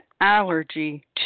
allergy